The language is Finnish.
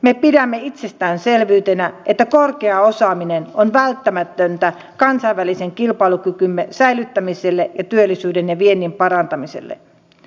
me pidämme itsestäänselvyytenä että korkea osaaminen on välttämätöntä kansainvälisen kilpailukykymme säilyttämiselle ja työllisyyden ja viennin parantamiselle